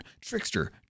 Trickster